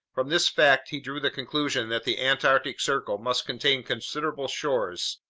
from this fact he drew the conclusion that the antarctic circle must contain considerable shores,